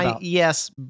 Yes